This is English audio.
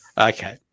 Okay